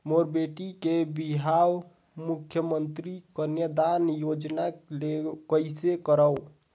मोर बेटी के बिहाव मुख्यमंतरी कन्यादान योजना ले कइसे करव?